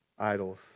idols